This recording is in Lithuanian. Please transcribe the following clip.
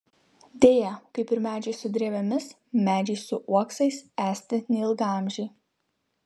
deja kaip ir medžiai su drevėmis medžiai su uoksais esti neilgaamžiai